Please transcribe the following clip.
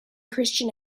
christian